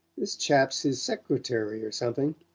this chap's his secretary, or something.